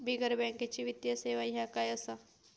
बिगर बँकेची वित्तीय सेवा ह्या काय असा?